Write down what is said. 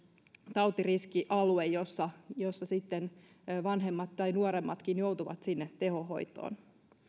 tautiriskialue jolla sitten vanhemmat tai nuoremmatkin joutuvat sinne tehohoitoon